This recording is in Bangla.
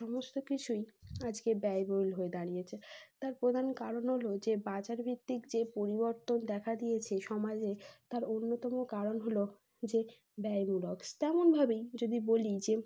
সমস্ত কিছুই আজকে ব্যয়বহুল হয়ে দাঁড়িয়েছে তার প্রধান কারণ হল যে বাজারভিত্তিক যে পরিবর্তন দেখা দিয়েছে সমাজে তার অন্যতম কারণ হল যে ব্যয়মূলক তেমনভাবেই যদি বলি যে